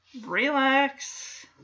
relax